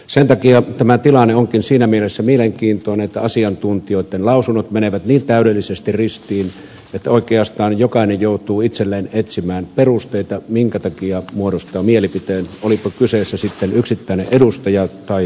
sen takia tämä tilanne onkin siinä mielessä mielenkiintoinen että asiantuntijoitten lausunnot menevät niin täydellisesti ristiin että oikeastaan jokainen joutuu itselleen etsimään perusteita minkä takia muodostaa mielipiteen olipa kyseessä sitten yksittäinen edustaja tai puolue